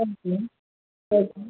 okay okay